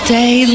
day